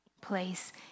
place